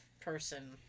person